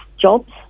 jobs